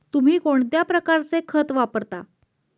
तुम्ही कोणत्या प्रकारचे खत वापरता?